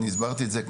אני הסברתי את זה,